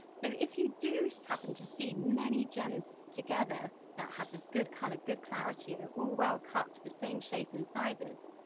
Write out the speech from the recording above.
so if you do happen to see many gems together that have this good colour, good clarity, ah all well-cut to the same shape and sizes,